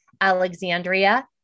Alexandria